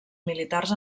militars